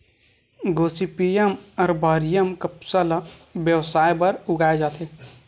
Gossypium arboreum कपसा ल बेवसाय बर उगाए जाथे